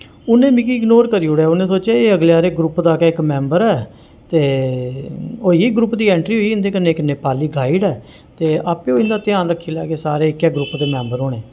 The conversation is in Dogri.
उ'न्ने मिगी इग्नोर करी ओड़ेआ उ'न्ने सोचेआ कि एह् अगले आह्ले ग्रुप दा गै इक मेंबर ऐ ते होई ग्रुप दी एंट्री होई उं'दे कन्नै इक नेपाली गाइड ऐ ते आपें उं'दा ध्यान रक्खी लैगे सारे इक्कै ग्रुप दे मेंबर होने